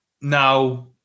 now